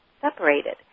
separated